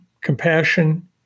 compassion